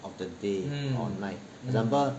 of the day or night example